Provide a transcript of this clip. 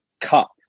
Cup